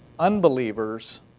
unbelievers